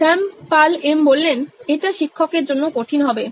শ্যাম Pal M এটা শিক্ষকের জন্য কঠিন হবে